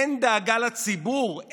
אין דאגה לציבור,